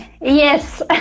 yes